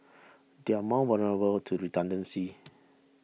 they are more vulnerable to redundancy